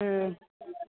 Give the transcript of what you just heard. হুম